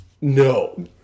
No